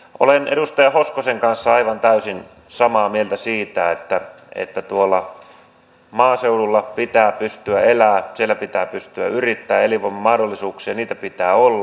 olen edustaja hoskosen kanssa aivan täysin samaa mieltä siitä että tuolla maaseudulla pitää pystyä elämään siellä pitää pystyä yrittämään elinvoiman mahdollisuuksia pitää olla